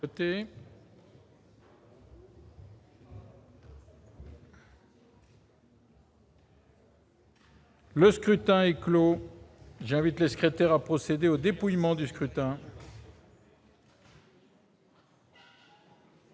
Le scrutin est clos. J'invite Mmes et MM. les secrétaires à procéder au dépouillement du scrutin.